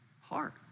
heart